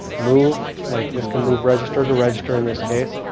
move like this could move register to register in this case.